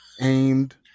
aimed